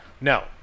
No